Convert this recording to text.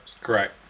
Correct